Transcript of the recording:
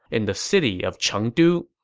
in the city of chengdu,